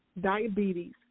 diabetes